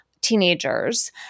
teenagers